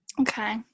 Okay